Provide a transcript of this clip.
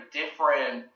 different